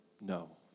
no